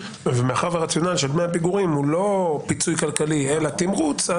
--- מאחר והרציונל של דמי הפיגורים הוא לא פיצוי כלכלי אלא תמרוץ.